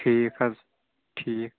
ٹھیٖک حظ ٹھیٖک